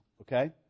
okay